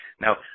Now